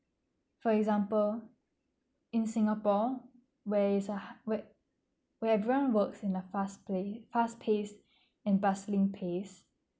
for example in singapore where is a ha~ where where everyone works in a fast pla~ fast pace and bustling pace